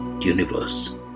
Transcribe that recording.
universe